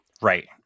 right